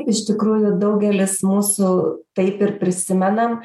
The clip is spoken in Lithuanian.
iš tikrųjų daugelis mūsų taip ir prisimenam